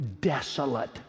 desolate